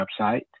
website